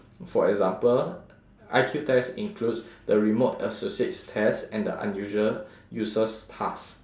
for example I_Q test includes the remote associates test and the unusual uses task